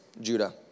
Judah